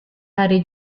hari